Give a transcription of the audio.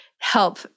help